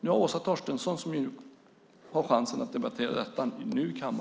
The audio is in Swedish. Nu har Åsa Torstensson chansen att redogöra för och debattera om